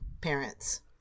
parents